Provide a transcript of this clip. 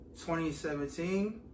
2017